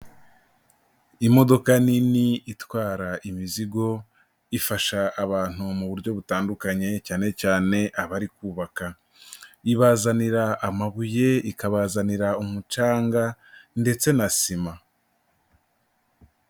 Imodoka nini itwara imizigo ifasha abantu mu buryo butandukanye cyane cyane abari kubaka, ibazanira amabuye, ikabazanira umucanga ndetse na sima.